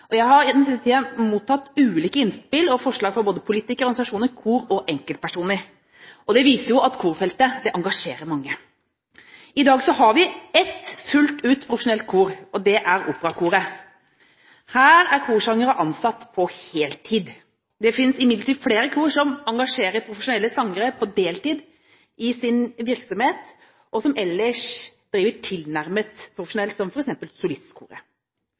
Jeg har i den siste tiden mottatt ulike innspill og forslag fra politikere, organisasjoner, kor og enkeltpersoner. Det viser at korfeltet engasjerer mange. I dag har vi ett fullt ut profesjonelt kor, og det er Operakoret. Her er korsangere ansatt på heltid. Det finnes imidlertid flere kor som engasjerer profesjonelle sangere på deltid i sin virksomhet, og som ellers driver tilnærmet profesjonelt, som